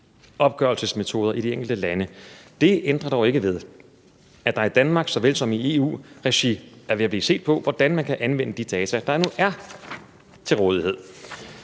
opgørelsesmetoder i de enkelte lande. Det ændrer dog ikke ved, at der i Danmark såvel som i EU-regi er ved at blive set på, hvordan man kan anvende de data, der nu er til rådighed.